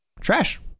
Trash